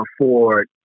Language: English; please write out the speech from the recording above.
afford